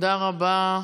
תודה רבה.